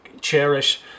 cherish